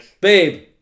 Babe